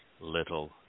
little